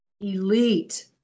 elite